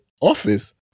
office